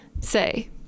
say